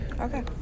Okay